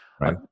right